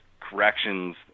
corrections